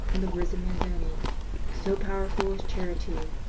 in the words of manzoni so powerful is charity!